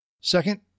Second